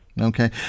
Okay